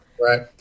Right